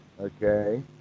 Okay